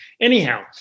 Anyhow